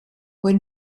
when